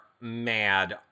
mad